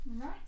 Right